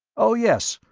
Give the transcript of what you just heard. oh, yes.